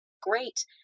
great